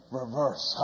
reverse